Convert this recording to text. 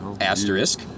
Asterisk